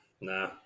nah